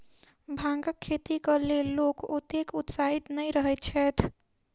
भांगक खेतीक लेल लोक ओतेक उत्साहित नै रहैत छैथ